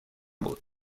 بود